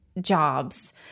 jobs